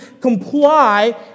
comply